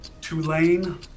Tulane